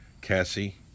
Cassie